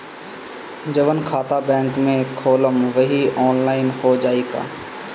जवन खाता बैंक में खोलम वही आनलाइन हो जाई का?